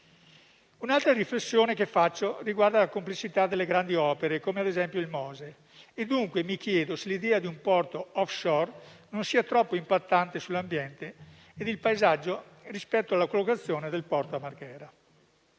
Un'altra riflessione riguarda la complicità delle grandi opere - come ad esempio - il Mose. Mi chiedo se l'idea di un porto *offshore* non sia troppo impattante sull'ambiente e sul paesaggio rispetto alla collocazione del porto a Marghera.